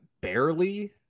barely